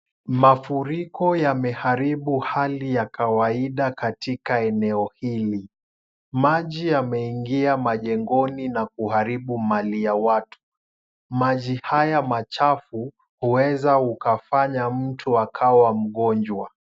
Mafuriko yameharibu hali ya kawaida katika eneo hili. Maji yameingia majengoni na kuharibu mali ya watu. Maji haya machafu huweza kumfanya mtu akawa mgonjwa.